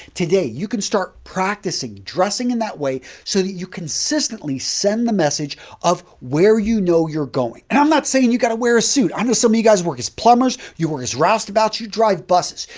today, you can start practicing dressing in that way, so that you consistently send the message of where you know you're going. and i'm not saying you got to wear a suit. i know some of you guys work as plumbers, you work as roustabouts, you drive buses.